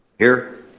here.